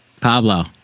Pablo